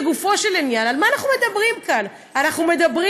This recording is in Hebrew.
לגופו של עניין: על מה אנחנו מדברים כאן?